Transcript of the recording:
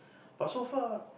but so far